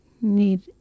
need